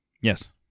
Yes